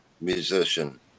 musician